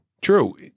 true